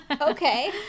Okay